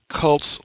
cults